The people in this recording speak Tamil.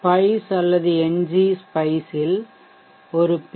ஸ்பைஷ் அல்லது என்ஜி ஸ்பைஷ்வில் ஒரு பி